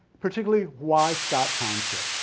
particularly why scott township.